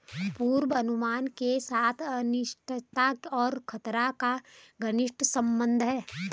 पूर्वानुमान के साथ अनिश्चितता और खतरा का घनिष्ट संबंध है